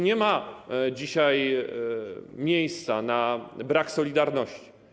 Nie ma dzisiaj miejsca na brak solidarności.